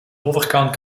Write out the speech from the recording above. overkant